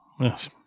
Yes